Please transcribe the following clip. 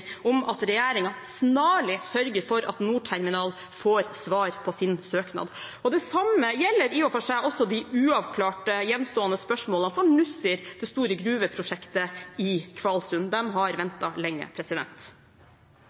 om at regjeringen snarlig sørger for at Norterminal får svar på sin søknad. Det samme gjelder i og for seg også de uavklarte, gjenstående spørsmålene for Nussir, det store gruveprosjektet i Kvalsund. De har ventet lenge.